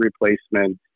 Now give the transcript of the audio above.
replacement